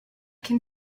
can